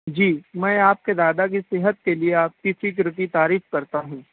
جی میں آپ کے دادا کی صحت کے لیے آپ کے فکر کی تعریف کرتا ہوں